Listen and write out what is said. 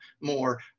more